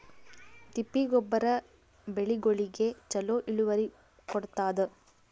ತಿಪ್ಪಿ ಗೊಬ್ಬರ ಬೆಳಿಗೋಳಿಗಿ ಚಲೋ ಇಳುವರಿ ಕೊಡತಾದ?